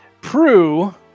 Prue